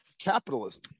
capitalism